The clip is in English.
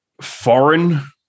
foreign